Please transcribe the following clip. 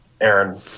Aaron